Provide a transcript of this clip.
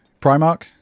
Primark